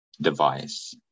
device